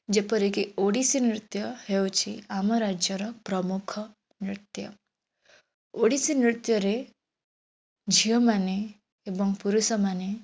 ଯେପରିକି ଓଡ଼ିଶୀ ନୃତ୍ୟ ହେଉଛି ଆମ ରାଜ୍ୟର ପ୍ରମୁଖ ନୃତ୍ୟ ଓଡ଼ିଶୀ ନୃତ୍ୟରେ ଝିଅମାନେ ଏବଂ ପୁରୁଷମାନେ